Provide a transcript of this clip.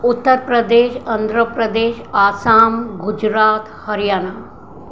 Uttar Pradesh Andhra Pradesh Assam Gujarat Haryana